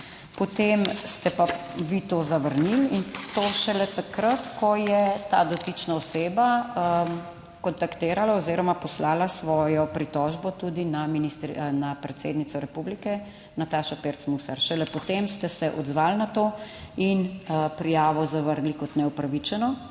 potem ste pa vi to zavrnili in to šele takrat, ko je ta dotična oseba kontaktirala oziroma poslala svojo pritožbo tudi na ministra, na predsednico Republike, Natašo Pirc Musar. Šele potem ste se odzvali na to in prijavo zavrnili kot neupravičeno.